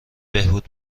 بهبود